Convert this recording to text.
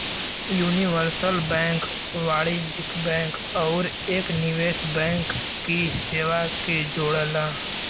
universal bank वाणिज्यिक bank आउर एक निवेश बैंक की सेवा के जोड़ला